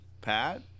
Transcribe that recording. Pat